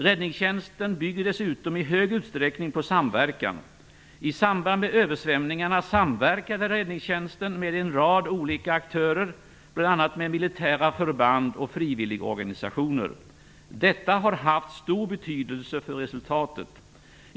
Räddningstjänsten bygger dessutom i hög utsträckning på samverkan. I samband med översvämningarna samverkade räddningstjänsten med en rad olika aktörer, bl.a. med militära förband och frivilligorganisationer. Detta har haft stor betydelse för resultatet.